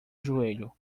joelho